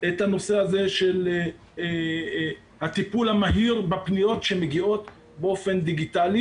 את הנושא של הטיפול המהיר בפניות שמגיעות באופן דיגיטלי'.